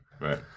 right